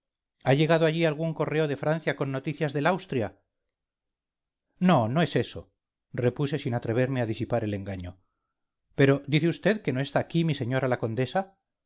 ha llegado allí algún correo de francia con noticias del austria no no es eso repuse sin atreverme a disipar el engaño pero dice vd que no está aquí mi señora la condesa